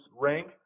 rank